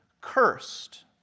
cursed